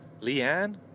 Leanne